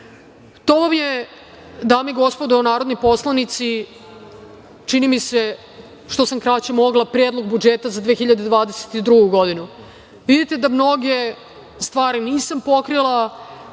vam je, dame i gospodo narodni poslanici, čini mi se, što sam kraće mogla Predlog budžeta za 2022. godinu. Vidite da mnoge stvari nisam pokrila,